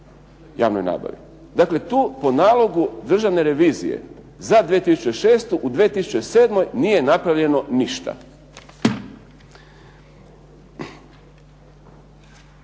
Dakle, tu po nalogu Državne revizije za 2006., u 2007. nije napravljeno ništa.